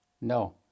No